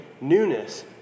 newness